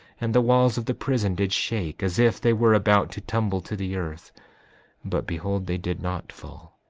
and the walls of the prison did shake as if they were about to tumble to the earth but behold, they did not fall.